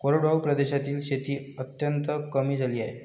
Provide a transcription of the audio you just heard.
कोरडवाहू प्रदेशातील शेती अत्यंत कमी झाली आहे